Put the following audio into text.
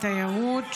תיירות,